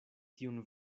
tiun